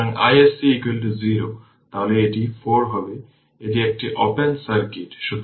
তাই ইন্ডাক্টর কারেন্টের এক্সপ্রেশন হল যে i L t i L 0 e এর পাওয়ার t τ যা আমরা জানি